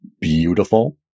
beautiful